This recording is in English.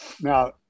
Now